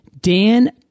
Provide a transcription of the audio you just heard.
Dan